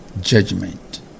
judgment